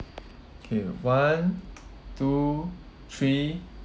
okay one two three